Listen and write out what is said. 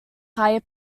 higher